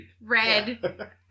red